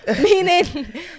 meaning